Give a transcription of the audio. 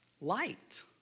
Light